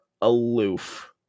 aloof